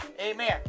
Amen